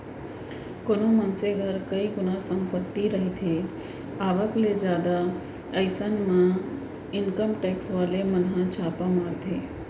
कोनो मनसे घर कई गुना संपत्ति रहिथे आवक ले जादा अइसन म इनकम टेक्स वाले मन ह छापा मारथे